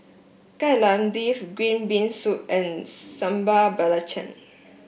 Kai Lan Beef Green Bean Soup and Sambal Belacan